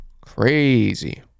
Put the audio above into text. Crazy